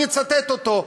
אני אצטט אותו: